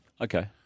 Okay